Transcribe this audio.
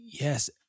yes